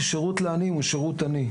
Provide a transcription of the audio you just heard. ששירות לעניים הוא שירות עני.